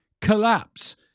Collapse